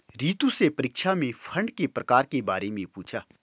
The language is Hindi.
रितु से परीक्षा में फंड के प्रकार के बारे में पूछा